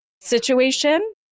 situation